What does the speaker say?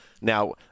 now